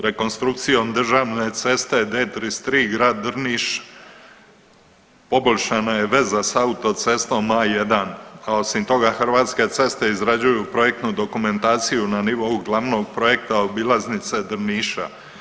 Rekonstrukcijom državne ceste D33 grad Drniš poboljšana je veza sa autocestom A1, a osim toga Hrvatske ceste izrađuju projektnu dokumentaciju na nivou glavnog projekta obilaznice Drniša.